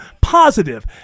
positive